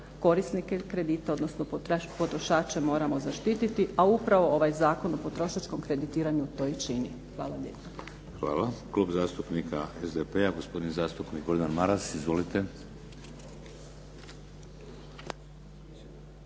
korisnike kredita, odnosno potrošače moramo zaštiti, a upravo ovaj Zakon o potrošačkom kreditiranju to i čini. Hvala lijepo. **Šeks, Vladimir (HDZ)** Hvala. Klub zastupnika SDP-a, gospodin zastupnik Gordan Maras. Izvolite.